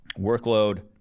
workload